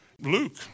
Luke